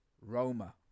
Roma